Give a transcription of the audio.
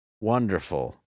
wonderful